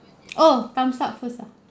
!ow! thumbs up first ah